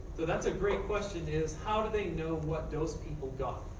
so that's a great question is, how do they know what those people die?